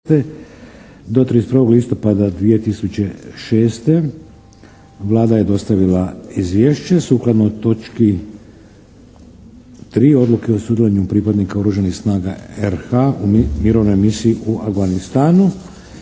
u Afganistanu /ISAF/ Vlada je dostavila izvješće. Sukladno točki 3. odluke o sudjelovanju pripadnika Oružanih snaga RH u Mirovnoj misiji u Afganistanu.